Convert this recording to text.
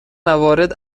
موارد